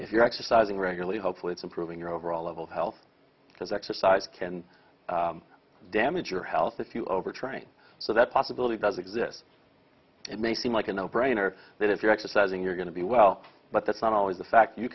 if you're exercising regularly hopefully it's improving your overall level of health because exercise can damage your health if you overtrain so that possibility does exist it may seem like a no brainer that if you're exercising you're going to be well but that's not always the fact you